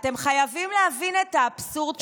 אתם חייבים להבין את האבסורד שנייה,